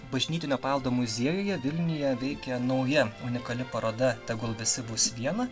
bažnytinio paveldo muziejuje vilniuje veikia nauja unikali paroda tegul visi bus viena